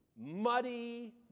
muddy